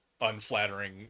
unflattering